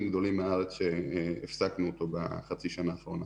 גדולים מהארץ שהפסקנו אותו בחצי השנה האחרונה.